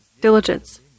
diligence